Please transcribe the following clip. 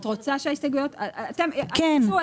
את רוצה שההסתייגויות --- כן.